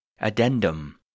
Addendum